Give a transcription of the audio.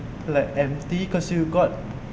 like empty because you got